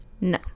No